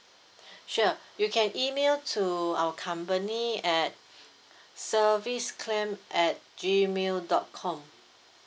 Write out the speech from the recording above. sure you can email to our company at service claim at Gmail dot com